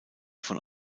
von